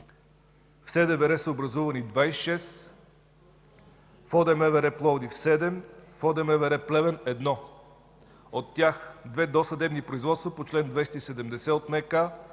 В СДВР са образувани 26, в ОД МВР, Пловдив – 7, в ОД МВР, Плевен – 1. От тях две досъдебни производства по чл. 270 от